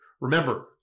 Remember